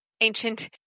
ancient